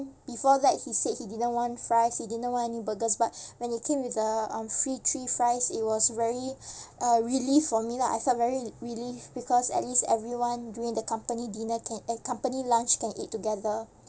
before that he said he didn't want fries he didn't want any burgers but when it came with the uh free three fries it was very uh relief for me lah I felt very relieved because at least everyone during the company dinner can eh company lunch can eat together